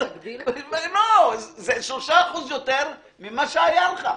זה 3% יותר ממה שהיה לך.